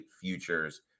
futures